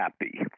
happy